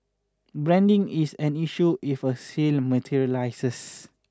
branding is an issue if a sale materialises